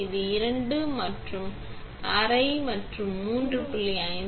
இது 2 மற்றும் ஒரு அரை மற்றும் 3